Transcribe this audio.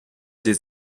des